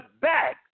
back